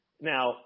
Now